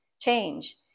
change